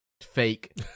fake